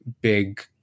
big